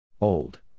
Old